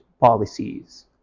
policies